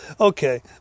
okay